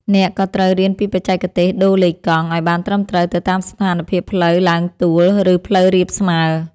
អ្នកក៏ត្រូវរៀនពីបច្ចេកទេសដូរលេខកង់ ឱ្យបានត្រឹមត្រូវទៅតាមស្ថានភាពផ្លូវទ្បើងទួល ឬផ្លូវរាបស្មើ។